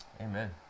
Amen